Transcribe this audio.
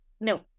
no